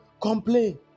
Complain